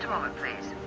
a moment, please.